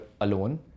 alone